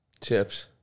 Chips